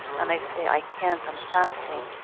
and i say, i can't. i'm fasting.